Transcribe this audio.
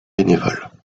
bénévoles